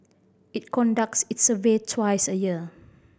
it conducts its survey twice a year